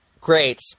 Great